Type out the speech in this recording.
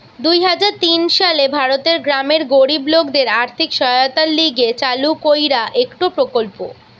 দুই হাজার তিন সালে ভারতের গ্রামের গরিব লোকদের আর্থিক সহায়তার লিগে চালু কইরা একটো প্রকল্প